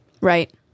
Right